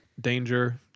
danger